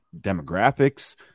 demographics